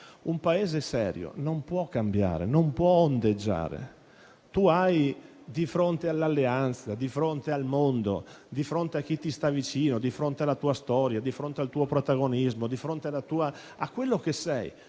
un Paese serio non può cambiare, non può ondeggiare. Di fronte alle alleanze, di fronte al mondo, di fronte a chi ti sta vicino, di fronte alla tua storia, di fronte al tuo protagonismo, di fronte a quello che sei